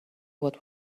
what